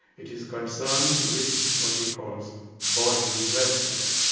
it is concerned with what he calls bodily welfare,